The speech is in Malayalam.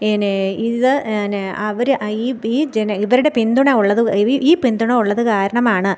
പിന്നെ ഇത് പിന്നെ അവർ ഈ ഈ ജന ഇവരുടെ പിന്തുണ ഉള്ളത് ഈ പിന്തുണ ഉള്ളത് കാരണമാണ്